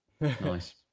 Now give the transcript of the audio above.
Nice